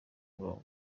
umurongo